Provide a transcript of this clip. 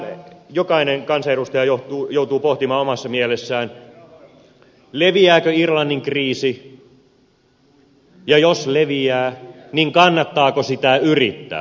tätä jokainen kansanedustaja joutuu pohtimaan omassa mielessään leviääkö irlannin kriisi ja jos leviää niin kannattaako sitä yrittää estää